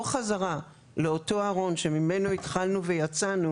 חזרה לאותו הארון שממנו התחלנו ויצאנו